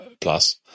plus